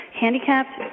handicapped